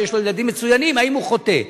שיש לו ילדים מצוינים, הוא חוטא?